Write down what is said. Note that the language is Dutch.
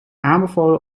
aanbevolen